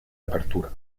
apertura